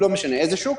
לא משנה איזה שוק,